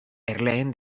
erleen